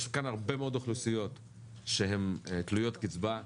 יש כאן הרבה מאוד אוכלוסיות שהן תלויות קיצבה,